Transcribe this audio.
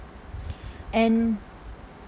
and